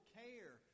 care